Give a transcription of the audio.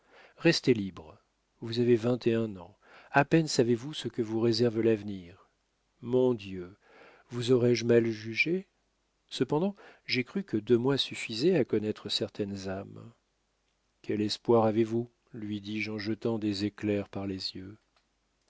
restez libre vous avez vingt et un ans a peine savez-vous ce que vous réserve l'avenir mon dieu vous aurais-je mal jugé cependant j'ai cru que deux mois suffisaient à connaître certaines âmes quel espoir avez-vous lui dis-je en jetant des éclairs par les yeux